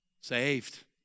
Saved